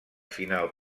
final